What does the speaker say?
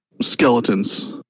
skeletons